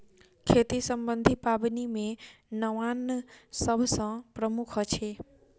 खेती सम्बन्धी पाबनि मे नवान्न सभ सॅ प्रमुख अछि